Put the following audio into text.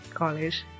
college